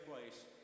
place